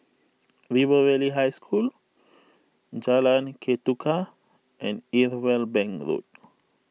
River Valley High School Jalan Ketuka and Irwell Bank Road